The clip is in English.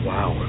Wow